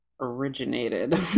originated